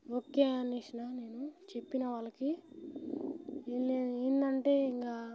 okay అనేసినా నేను చెప్పినా వాళ్ళకి ఇలా ఏంటంటే ఇంకా